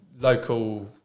local